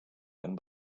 and